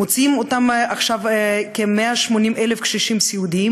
מוצאים את עצמם עכשיו כ-180,000 קשישים סיעודיים